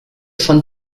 von